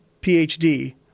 PhD